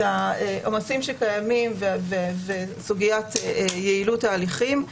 העומסים שקיימים וסוגית יעילות ההליכים.